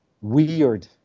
weird